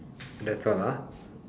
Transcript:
that's all ah